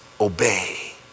obey